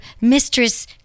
mistress